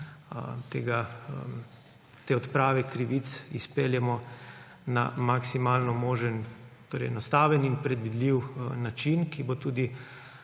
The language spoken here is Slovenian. te odprave krivic izpeljemo na maksimalno enostaven in predvidljiv način, ki bo tudi